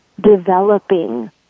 developing